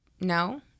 No